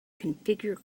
configure